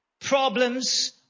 problems